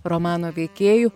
romano veikėjų